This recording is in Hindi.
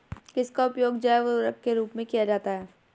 किसका उपयोग जैव उर्वरक के रूप में किया जाता है?